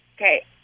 Okay